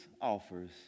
offers